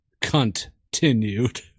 continued